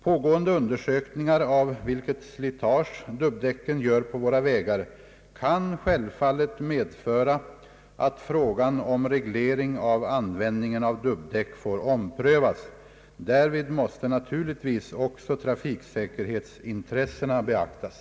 Pågående undersökningar av vilket slitage dubbdäcken gör på våra vägar kan självfallet medföra att frågan om reglering av användningen av dubbdäck får omprövas. Därvid måste naturligtvis också trafiksäkerhetsintressena beaktas.